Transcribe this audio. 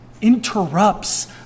interrupts